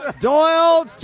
Doyle